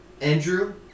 Andrew